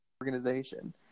organization